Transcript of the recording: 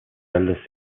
eldest